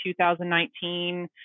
2019